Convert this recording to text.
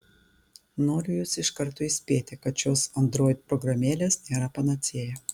noriu jus iš karto įspėti kad šios android programėlės nėra panacėja